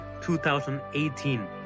2018